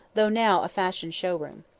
though now a fashion show-room.